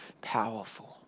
powerful